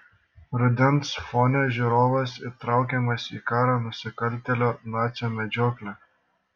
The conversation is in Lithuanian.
rudens fone žiūrovas įtraukiamas į karo nusikaltėlio nacio medžioklę